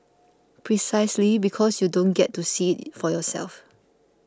precisely because you don't get to see it for yourself